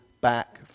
back